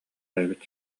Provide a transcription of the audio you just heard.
эбит